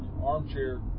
Armchair